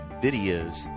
videos